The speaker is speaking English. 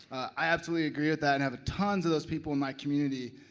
i absolutely agree with that and have a tons of those people in my community.